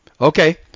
okay